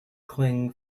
kling